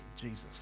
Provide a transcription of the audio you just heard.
Jesus